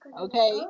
Okay